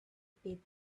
pit